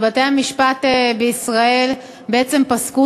ובתי-המשפט בישראל בעצם פסקו,